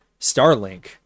Starlink